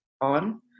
on